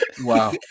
Wow